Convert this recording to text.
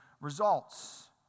results